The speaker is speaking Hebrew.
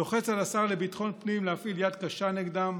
ולוחץ על השר לביטחון פנים להפעיל יד קשה נגדם,